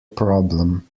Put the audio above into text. problem